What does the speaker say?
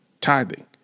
tithing